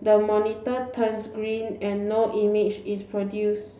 the monitor turns green and no image is produced